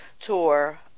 tour